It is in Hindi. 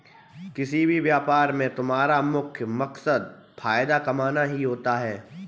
किसी भी व्यापार में तुम्हारा मुख्य मकसद फायदा कमाना ही होता है